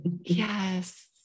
Yes